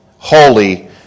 holy